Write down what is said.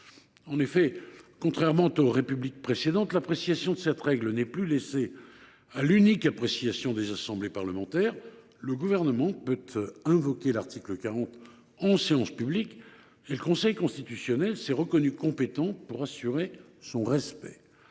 En effet, contrairement aux Républiques précédentes, l’application de cette règle n’est plus laissée à l’unique appréciation des assemblées parlementaires : le Gouvernement peut invoquer l’article 40 en séance publique, et le Conseil constitutionnel s’est reconnu compétent pour assurer son respect.